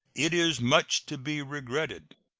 it is much to be regretted,